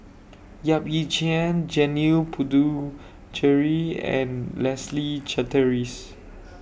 Yap Ee Chian Janil Puthucheary and Leslie Charteris